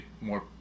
more